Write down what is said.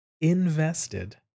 invested